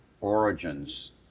origins